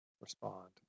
respond